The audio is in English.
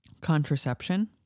contraception